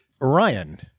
Ryan